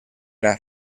las